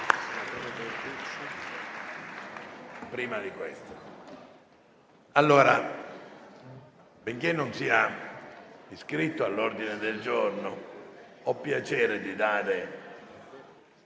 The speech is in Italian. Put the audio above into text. Benché non sia iscritto all'ordine del giorno, ho piacere di dare